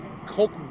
Coke